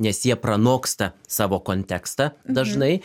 nes jie pranoksta savo kontekstą dažnai